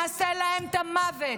נעשה להם את המוות,